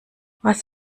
was